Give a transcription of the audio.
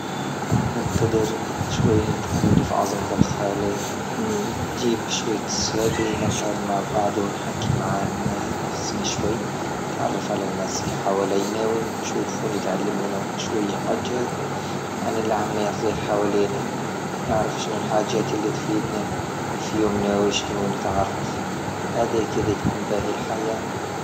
رح ننتظر شوية نتأ- في عزمة الخالق، نجيب شوية شهد- نقعد مع بعض ونحكي مع أنها تنفسني شوي، تعرف على الناس اللي حوالينا ونشوف ونتعلم منهم شوية حجات عن اللي عم يطيى حوالينا، نعرف شنو الحاجات اللي تفيد في يمنا وشنو نتعرف هدك اللي تكون باهي الحياة.